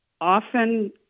often